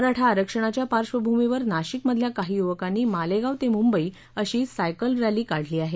मराठा आरक्षणाच्या पार्श्वभूमीवर नाशिकमधल्या काही युवकांनी मालेगाव ते मुंबई अशी सायकल रॅली काढली आहे